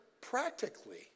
practically